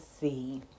see